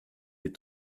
des